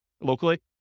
locally